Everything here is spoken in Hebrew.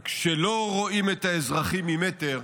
וכשלא רואים את האזרחים ממטר,